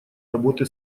работы